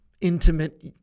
intimate